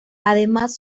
además